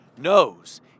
knows